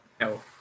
no